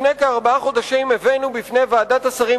לפני כארבעה חודשים הבאנו בפני ועדת השרים